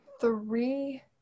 three